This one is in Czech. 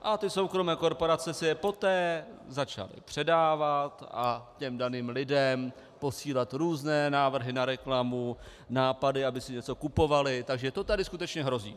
A ty soukromé korporace si je poté začaly předávat a daným lidem posílat různé návrhy na reklamu, nápady, aby si něco kupovali, takže to tady skutečně hrozí.